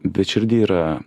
bet širdy yra